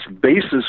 basis